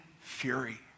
fury